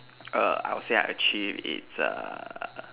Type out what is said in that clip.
err I would say I achieved it's err